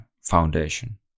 foundation